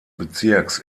bezirks